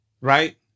right